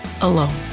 alone